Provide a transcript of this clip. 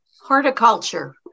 horticulture